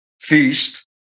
feast